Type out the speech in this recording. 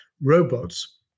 robots